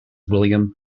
william